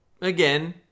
again